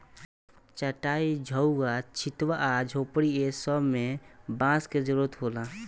चाटाई, झउवा, छित्वा आ झोपड़ी ए सब मे बांस के जरुरत होला